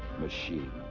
machine